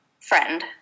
friend